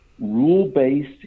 rule-based